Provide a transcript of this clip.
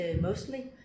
mostly